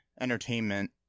Entertainment